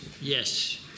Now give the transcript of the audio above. yes